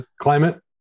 climate